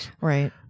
Right